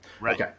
Right